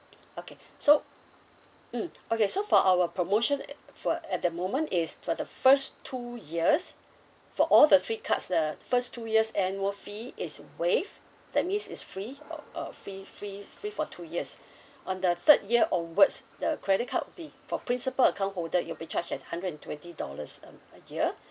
okay so mm okay so for our promotion uh for at the moment is for the first two years for all the three cards the the first two years annual fee is waived that means is free uh uh free free free for two years on the third year onwards the credit card will be for principal account holder you'll be charged at hundred and twenty dollars um a year